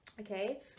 okay